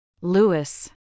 Lewis